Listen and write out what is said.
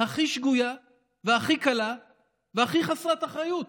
הכי שגויה, הכי קלה והכי חסרת אחריות.